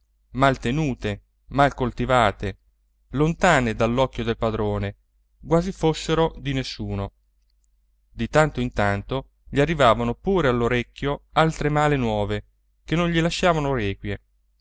tenute mal coltivate lontane dall'occhio del padrone quasi fossero di nessuno di tanto in tanto gli arrivavano pure all'orecchio altre male nuove che non gli lasciavano requie